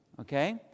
okay